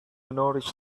nourish